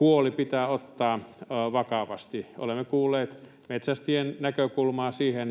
huoli pitää ottaa vakavasti. Olemme kuulleet metsästäjien näkökulmaa siihen